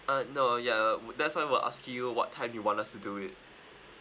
uh no ya that's why I'm asking you what time you want us to do it